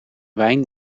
wijn